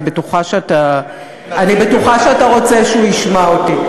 אני בטוחה שאתה רוצה שהוא ישמע אותי.